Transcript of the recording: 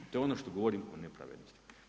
To je ono što govorim o nepravednosti.